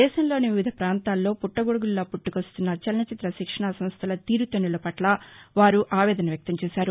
దేశంలోని వివిధ పాంతాల్లో పుట్టగొడుగుల్లా పుట్టకొస్తున్న చలనచిత్ర శిక్షణా సంస్టల తీరుతెన్నుల పట్ల వారు తమ ఆవేదన వ్యక్తం చేశారు